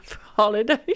holidays